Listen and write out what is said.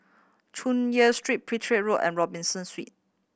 Chu Yen Street Petir Road and Robinson